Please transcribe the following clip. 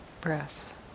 breath